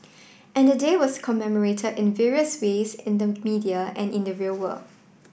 and the day was commemorated in various ways in the media and in the real world